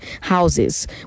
houses